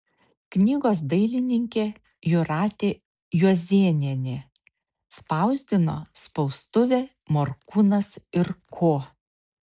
knygos dailininkė jūratė juozėnienė spausdino spaustuvė morkūnas ir ko